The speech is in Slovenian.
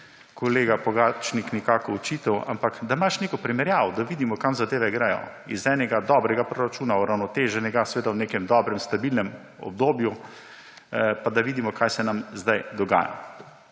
kolega Pogačnik nekako očital, ampak da imaš neko primerjavo, da vidimo, kam zadeve gredo. Iz enega dobrega proračuna, uravnoteženega, v nekem dobrem, stabilnem obdobju, pa da vidimo, kaj se nam zdaj dogaja.